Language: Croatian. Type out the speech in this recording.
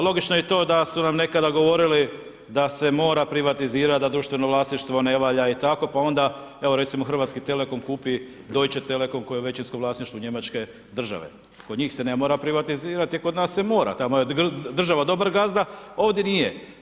Logično je i to da su nam nekada govorili da se mora privatizirat, da društveno vlasništvo ne valja i tako, pa onda, evo recimo Hrvatski Telekom kupi Deutsche Telekom koji je u većinskom vlasništvu njemačke države, kod njih se ne mora privatizirati, kod nas se mora, tamo je država dobar gazda, ovdje nije.